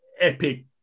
epic